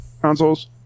consoles